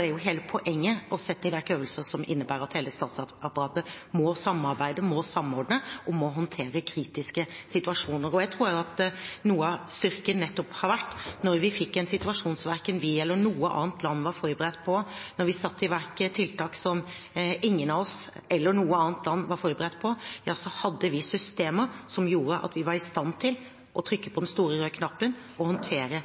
er hele poenget å sette i verk øvelser som innebærer at hele statsapparatet må samarbeide, må samordne og må håndtere kritiske situasjoner. Jeg tror at noe av styrken nettopp har vært at da vi fikk en situasjon som verken vi eller noe annet land var forberedt på, da vi satte i verk tiltak som ingen av oss eller noe annet land var forberedt på, ja så hadde vi systemer som gjorde at vi var i stand til å trykke på den store røde knappen og håndtere